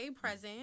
present